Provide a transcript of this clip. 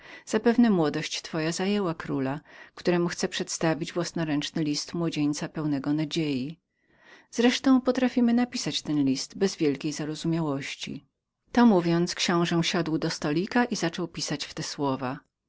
zapewne młodość twoja zajęła króla któremu chce przedstawić własnoręczny list młodzieńca pełnego nadziei wreszcie potrafimy już napisać ten list bez wielkiej zarozumiałości to mówiąc książe siadł do stolika i zaczął pisać w te słowa